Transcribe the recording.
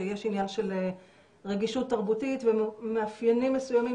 שיש עניין של רגישות תרבותית ומאפיינים מסוימים